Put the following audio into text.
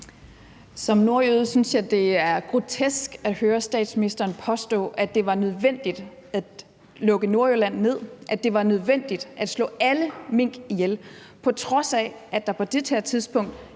Som nordjyde synes jeg, det er grotesk at høre statsministeren påstå, at det var nødvendigt at lukke Nordjylland ned, at det var nødvendigt at slå alle mink ihjel, på trods af at der på det her tidspunkt